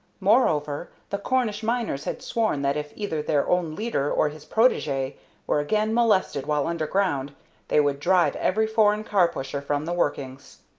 moreover, the cornish miners had sworn that if either their own leader or his protege were again molested while underground they would drive every foreign car-pusher from the workings.